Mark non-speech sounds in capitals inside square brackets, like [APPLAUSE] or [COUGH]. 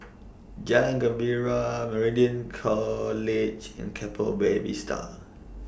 [NOISE] Jalan Gembira Meridian College and Keppel Bay Vista